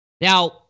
Now